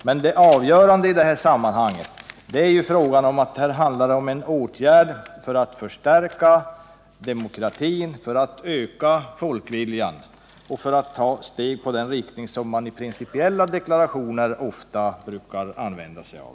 Men det avgörande i detta sammanhang är att det handlar om en åtgärd för att förstärka demokratin och folkviljan och att ta steg i den riktning som man i principiella deklarationer ofta brukar använda sig av.